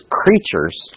creatures